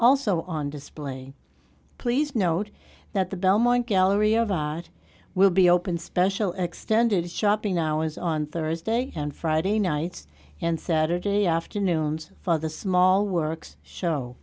also on display please note that the belmont gallery of it will be open special extended shopping hours on thursday and friday nights and saturday afternoons for the small works show